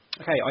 Okay